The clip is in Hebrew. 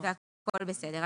והכול בסדר.